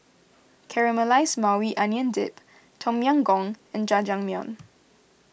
Caramelized Maui Onion Dip Tom Yam Goong and Jajangmyeon